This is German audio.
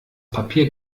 papier